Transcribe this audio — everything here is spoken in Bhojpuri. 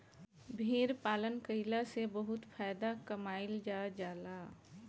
भेड़ पालन कईला से बहुत फायदा कमाईल जा जाला